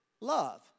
love